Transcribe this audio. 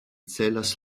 celas